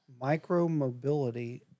micro-mobility